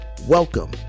Welcome